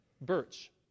birch